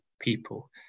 people